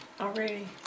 already